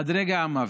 עד רגע המוות,